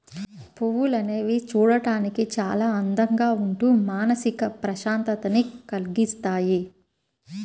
పువ్వులు అనేవి చూడడానికి చాలా అందంగా ఉంటూ మానసిక ప్రశాంతతని కల్గిస్తాయి